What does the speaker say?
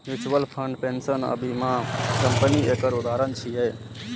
mutual fund, pension आ बीमा company एकर उदाहरण छियै